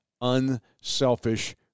unselfish